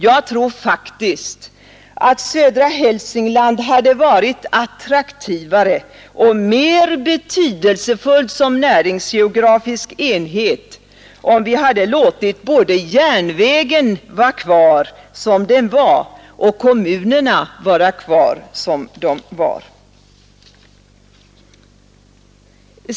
Jag tror faktiskt att södra Hälsingland hade varit attraktivare och mer betydelsefullt som näringsgeografisk enhet om vi hade låtit både järnvägen och kommunerna vara kvar som de var.